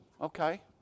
okay